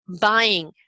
buying